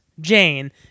Jane